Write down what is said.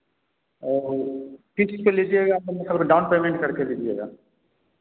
और किस चीज़ पर ले जिएगा मतलब डाउन पेमेंट करके लिजिएगा